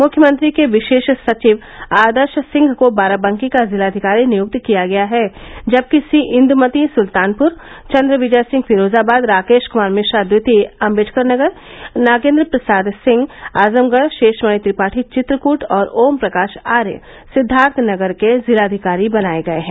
मुख्यमंत्री के विषेश सचिव आदर्ष सिंह को बाराबंकी का जिलाधिकारी नियुक्त किया गया है जबकि सी इन्दुमती सुल्तानपुर चन्द्रविजय सिंह फिरोजाबाद राकेष कुमार मिश्रा द्वितीय अम्बेडकरनगर नागेन्द्र प्रसाद सिंह आजमगढ़ षेशमणि त्रिपाठी चित्रकूट और ओमप्रकाष आर्य सिद्धार्थनगर के जिलाधिकारी बनाये गये हैं